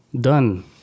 done